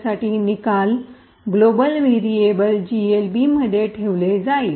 साठी निकाल global variable GLB मध्ये ठेवले जाईल